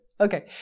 Okay